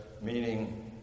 meaning